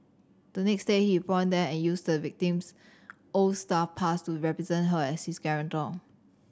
the next day he pawned them and used the victim's old staff pass to represent her as his guarantor